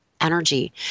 Energy